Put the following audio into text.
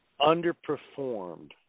underperformed